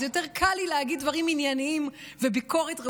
אז יותר קל לי להגיד דברים ענייניים וביקורת ראויה,